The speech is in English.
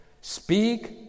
speak